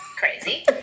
Crazy